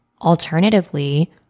Alternatively